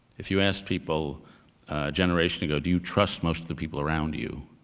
if you asked people a generation ago, do you trust most of the people around you?